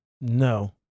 No